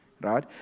right